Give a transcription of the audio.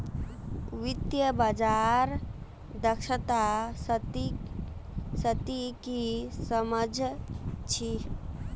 वित्तीय बाजार दक्षता स ती की सम झ छि